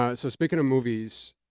ah so speaking of movies,